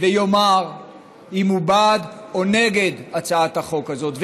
ויאמר אם הוא בעד או נגד הצעת החוק הזאת.